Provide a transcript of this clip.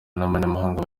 n’abanyamahanga